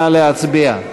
נא להצביע.